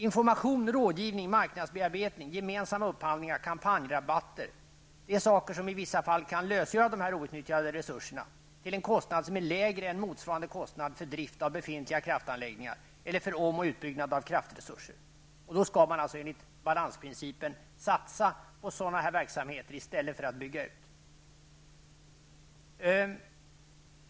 Information, rådgivning, marknadsbearbetning, gemensamma upphandlingar och kampanjrabatter är saker som i vissa fall kan lösgöra de här outnyttjade resurserna till en kostnad som är lägre än motsvarande kostnad för drift av befintlig kraftanläggning eller för omoch utbyggnad av kraftresurser. Då skall man alltså enligt balansprincipen satsa på sådana verksamheter i stället för att bygga ut.